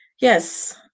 yes